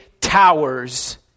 towers